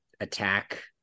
Attack